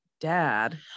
dad